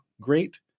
great